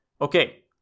okay